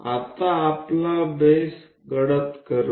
ચાલો આપણે બેઝને ઘાટું કરવા દો